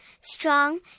strong